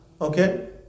Okay